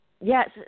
yes